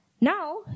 now